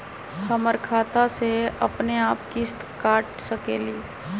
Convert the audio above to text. हमर खाता से अपनेआप किस्त काट सकेली?